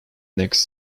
next